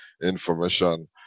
information